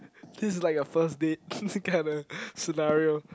this is like a first date kinda scenario